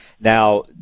Now